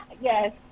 yes